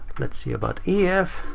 let's see about ef.